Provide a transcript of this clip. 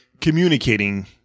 communicating